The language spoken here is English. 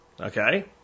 Okay